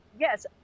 Yes